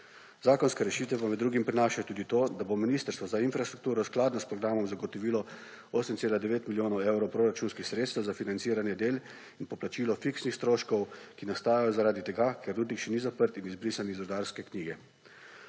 Zakonske rešitve pa med drugim prinašajo tudi to, da bo Ministrstvo za infrastrukturo v skladu s programom zagotovilo 8,9 milijona evrov proračunskih sredstev za financiranje del in poplačilo fiksnih stroškov, ki nastajajo zaradi tega, ker rudnik še ni zaprt in izbrisan iz rudarske knjige.